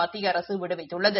மத்திய அரசு விடுவித்துள்ளது